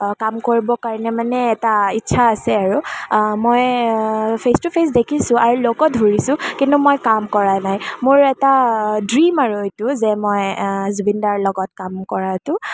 কাম কৰিব কাৰণে মানে এটা ইচ্ছা আছে আৰু মই ফেইচ টু ফেইচ দেখিছোঁ আৰু লগো ধৰিছোঁ কিন্তু মই কাম কৰা নাই মোৰ এটা ড্ৰীম আৰু এইটো যে মই জুবিন দাৰ লগত কাম কৰা এইটো